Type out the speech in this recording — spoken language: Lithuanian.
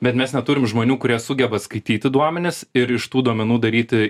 bet mes neturim žmonių kurie sugeba skaityti duomenis ir iš tų duomenų daryti